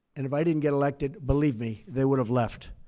and if i didn't get elected, believe me, they would have left.